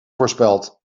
voorspeld